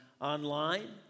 online